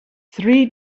three